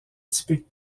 typiques